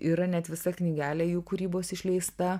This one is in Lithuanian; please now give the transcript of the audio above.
yra net visa knygelė jų kūrybos išleista